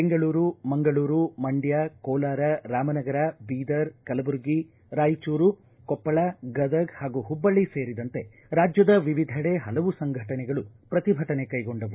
ಬೆಂಗಳೂರು ಮಂಗಳೂರು ಮಂಡ್ಯ ಕೋಲಾರ ರಾಮನಗರ ಬೀದರ್ ಕಲಬುರಗಿ ರಾಯಚೂರು ಕೊಪ್ಪಳ ಗದಗ ಹಾಗೂ ಹುಬ್ಬಳ್ಳಿ ಸೇರಿದಂತೆ ರಾಜ್ಯದ ವಿವಿಧೆಡೆ ಹಲವು ಸಂಘಟನೆಗಳು ಶ್ರತಿಭಟನೆ ಕೈಗೊಂಡವು